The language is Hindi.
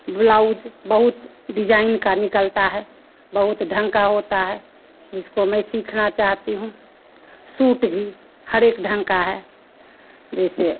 ब्लाउज बहुत डिजाईन का निकलता है बहुत ढंग का होता है जिसको मैं सीखना चाहती हूँ सूट भी हर ढंग का है जैसे